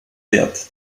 wert